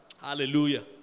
Hallelujah